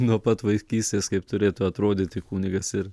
nuo pat vaikystės kaip turėtų atrodyti kunigas ir